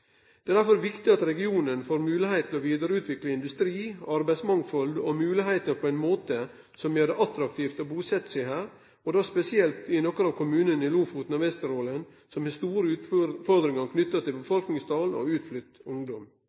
Det er derfor viktig at regionen får moglegheit til å vidareutvikle industri, arbeidsmangfald og moglegheiter på ein måte som gjer det attraktivt å busetje seg der, spesielt i nokre av kommunane i Lofoten og Vesterålen, som har store utfordringar knytte til folketal og utflytt ungdom.